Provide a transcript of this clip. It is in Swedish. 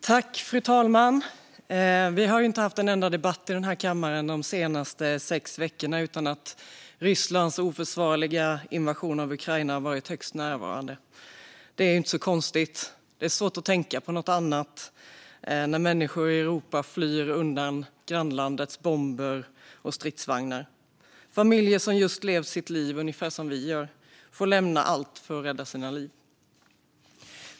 Fru talman! Vi har inte haft en enda debatt i den här kammaren de senaste sex veckorna utan att Rysslands oförsvarliga invasion av Ukraina har varit högst närvarande. Det är inte så konstigt. Det är svårt att tänka på något annat när människor i Europa flyr undan grannlandets bomber och stridsvagnar. Familjer som just levt sitt liv ungefär som vi gör får lämna allt för att rädda sina liv.